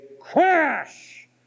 crash